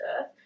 earth